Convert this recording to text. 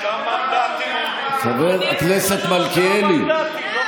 גנבת, שישה מנדטים, שישה מנדטים, לא